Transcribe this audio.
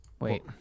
Wait